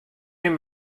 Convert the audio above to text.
him